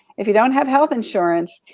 if you don't have health insurance,